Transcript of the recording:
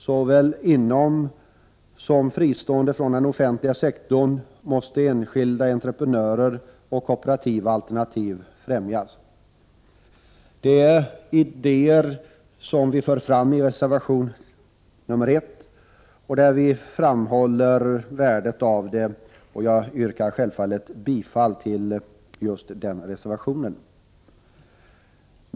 Såväl inom den offentliga sektorn som fristående från den offentliga sektorn måste enskilda entreprenörer och kooperativa alternativ främjas. Detta är idéer som vi har fört fram i reservation nr 1 och som vi framhåller värdet av, och jag yrkar självfallet bifall till just den reservationen.